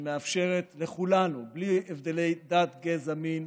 שמאפשרת לכולנו, בלי הבדלי דת, גזע ומין,